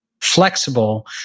flexible